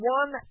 one